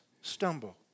stumble